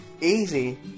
easy